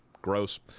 Gross